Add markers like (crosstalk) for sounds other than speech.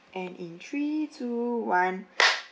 and in three two one (noise)